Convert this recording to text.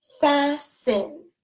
Fasten